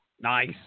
Nice